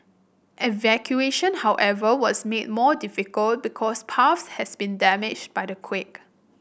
evacuation however was made more difficult because paths has been damaged by the quake